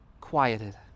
quieted